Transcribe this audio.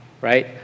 right